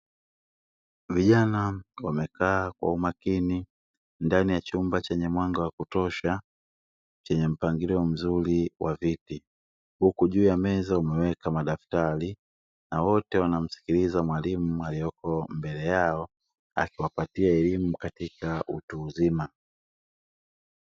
Vijana wamekaa kwa umakini ndani ya chumba chenye mwanga wa kutosha, chenye mpangilio mzuri wa viti. Huku juu ya meza wameweka madaftari na wote wanamsikiliza mwalimu aliyeko mbele yao, akiwapatia elimu katika utu uzima.